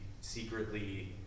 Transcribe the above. secretly